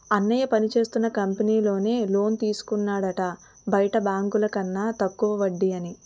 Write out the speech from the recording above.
అన్నయ్య పనిచేస్తున్న కంపెనీలో నే లోన్ తీసుకున్నాడట బయట బాంకుల కన్న తక్కువ వడ్డీ అని